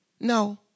No